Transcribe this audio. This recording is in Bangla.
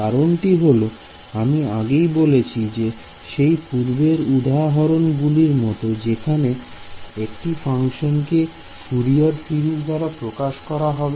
কারণটি হলো আমি আগেই বলেছি যে সেই পূর্বের উদাহরণ গুলির মতন যেখানে একটি ফাংশন কে ফুরিয়ার সিরিজ দাঁড়া প্রকাশ করা হবে